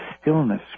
stillness